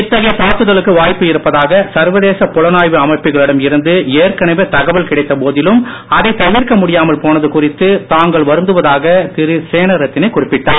இத்தகைய தாக்குதலுக்கு வாய்ப்பு இருப்பதாக சர்வதேச புலனாய்வு அமைப்புகளிடம் இருந்து ஏற்கனவே தகவல் கிடைத்த போதிலும் அதை தவிர்க்க முடியாமல் போனது குறித்து தாங்கள் வருந்துவதாக திரு சேனரத்னே குறிப்பிட்டார்